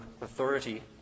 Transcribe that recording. authority